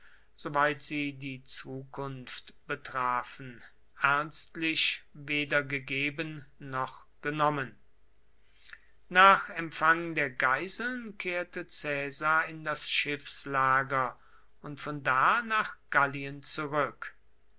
soweit sie die zukunft betrafen ernstlich weder gegeben noch genommen nach empfang der geiseln kehrte caesar in das schiffslager und von da nach gallien zurück